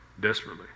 desperately